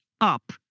up